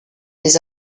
des